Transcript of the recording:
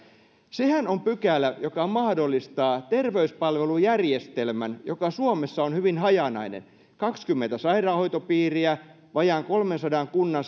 sehän on pykälä joka mahdollistaa että koko terveyspalvelujärjestelmä joka suomessa on hyvin hajanainen kaksikymmentä sairaanhoitopiiriä vajaan kolmensadan kunnan